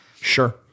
Sure